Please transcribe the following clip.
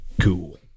cool